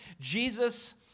Jesus